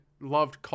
loved